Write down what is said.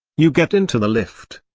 you get into the lift.